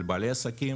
על בעלי עסקים,